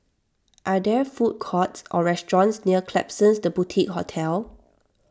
are there food courts or restaurants near Klapsons the Boutique Hotel